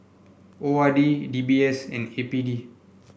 O R D D B S and A P D